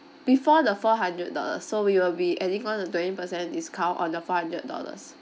before the four hundred dollars so we will be adding on the twenty percent discount on the four hundred dollars